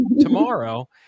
tomorrow